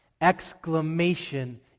Exclamation